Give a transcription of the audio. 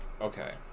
Okay